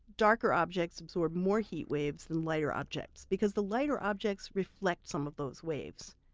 darker objects absorb more heat waves than lighter objects because the lighter objects reflect some of those waves.